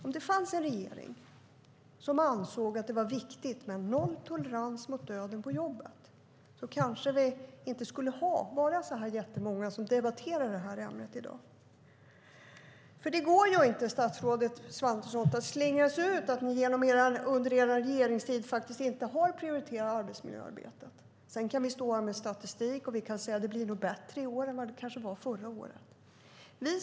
Om det fanns en regering som ansåg att det var viktigt med nolltolerans mot döden på jobbet kanske vi inte skulle vara så jättemånga som debatterade detta ämne i dag. Det går inte, statsrådet Svantesson, att slingra sig undan att ni under er regeringstid inte har prioriterat arbetsmiljöarbetet. Sedan kan vi stå här med statistik och säga att det nog blir bättre i år än vad det kanske var förra året.